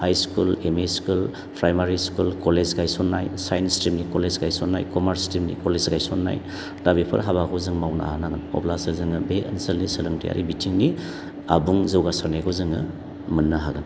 हाय school M E school primary school college गायसननाय science स्ट्रिमनि कलेज गायसननाय कमार्स स्ट्रिमनि कलेज गायसननाय दा बेफोर हाबाखौ जों मावनो हानांगोन अब्लासो जोङो बे ओनसोलनि सोलोंथायारि बिथिंनि आबुं जौगासारनायखौ जोङो मोननो हागोन